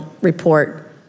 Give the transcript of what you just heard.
report